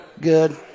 Good